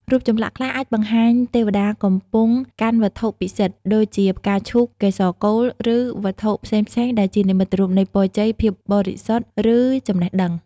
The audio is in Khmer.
រូបចម្លាក់ខ្លះអាចបង្ហាញទេវតាកំពុងកាន់វត្ថុពិសិដ្ឋ ដូចជាផ្កាឈូក កេសរកូល ឬវត្ថុផ្សេងៗដែលជានិមិត្តរូបនៃពរជ័យ ភាពបរិសុទ្ធ ឬចំណេះដឹង។